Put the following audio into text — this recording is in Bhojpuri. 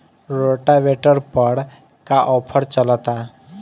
रोटावेटर पर का आफर चलता?